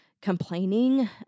complaining